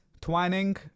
Twining